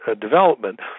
development